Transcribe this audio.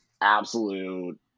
absolute